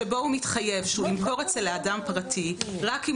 שבו הוא מתחייב שהוא ימכור את זה לאדם פרטי רק אם